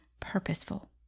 purposeful